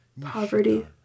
poverty